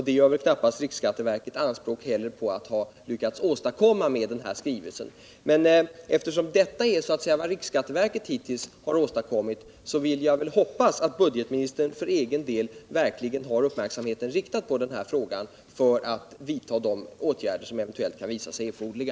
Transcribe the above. Det gör väl riksskatteverket knappast anspråk på heller. Men eftersom denna skrivelse så att säga är det enda som riksskatteverket hittills har lyckats åstadkomma i det här fallet, så hoppas jag att budgetministern för egen del verkligen har uppmärksamheten riktad på frågan för att vidta de åtgärder som eventuellt kan visa sig erforderliga.